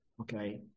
okay